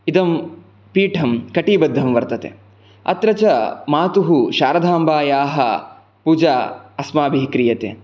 इदं पीठं कटिबद्धं वर्तते अत्र च मातुः शारधाम्बायाः पूजा अस्माभिः क्रियते